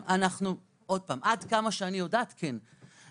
עד כמה שאני יודעת, כן.